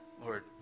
Lord